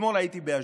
אתמול הייתי באשדוד,